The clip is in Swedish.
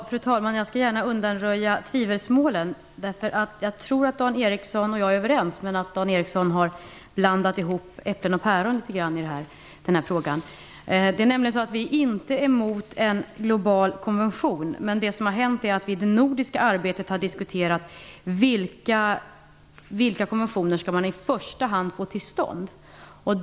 Fru talman! Jag skall gärna undanröja tvivelsmålen. Jag tror att Dan Ericsson och jag är överens men att Dan Ericsson har blandat ihop äpplen och päron i denna fråga. Vi är inte emot en global konvention. Det som har hänt är att vi i det nordiska arbetet har diskuterat vilka konventioner man i första hand skall få till stånd.